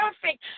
perfect